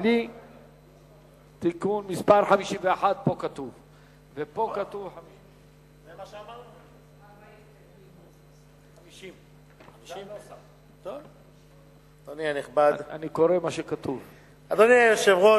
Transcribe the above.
פה כתוב תיקון מס' 50. אדוני היושב-ראש,